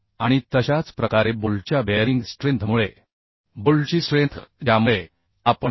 आणि तशाच प्रकारे बोल्टच्या बेअरिंग स्ट्रेंथमुळे बोल्टची स्ट्रेंथ ज्यामुळे आपण व्ही